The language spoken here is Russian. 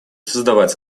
создавать